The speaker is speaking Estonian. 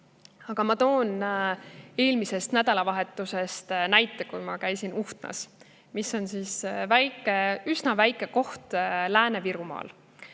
Aga ma toon näite eelmisest nädalavahetusest, kui ma käisin Uhtnas, mis on üsna väike koht Lääne-Virumaal.